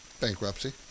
Bankruptcy